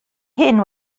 hyn